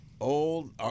Old